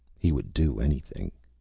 he would do anything.